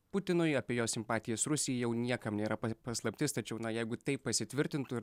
putinui apie jo simpatijas rusijai jau niekam nėra paslaptis tačiau na jeigu tai pasitvirtintų ir